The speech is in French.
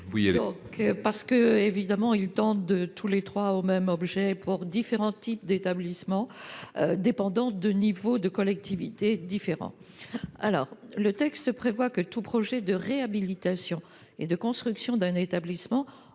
amendements tendent au même objet pour différents types d'établissements dépendant de niveaux de collectivités différents. Le texte prévoit que tout projet de réhabilitation et de construction d'un établissement